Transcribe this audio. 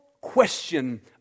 question